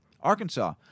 Arkansas